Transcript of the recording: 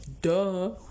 duh